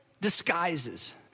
disguises